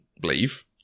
believe